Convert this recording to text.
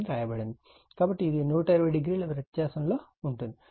కాబట్టి ఇది 120o వ్యత్యాసం లో ఉంటుంది